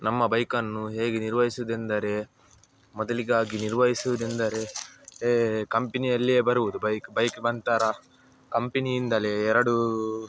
ನಮ್ಮ ಬೈಕನ್ನು ಹೇಗೆ ನಿರ್ವಹಿಸುವುದೆಂದರೆ ಮೊದಲಿಗಾಗಿ ನಿರ್ವಹಿಸುವುದೆಂದರೆ ಕಂಪಿನಿಯಲ್ಲಿಯೇ ಬರುವುದು ಬೈಕ್ ಬೈಕ್ ಬಂತರ ಕಂಪಿನಿಯಿಂದಲೇ ಎರಡೂ